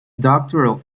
doctoral